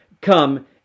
come